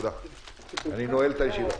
אני נועל את הישיבה.